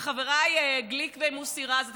וחבריי גליק ומוסי רז,